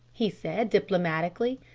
he said diplomatically.